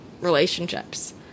relationships